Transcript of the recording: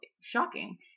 shocking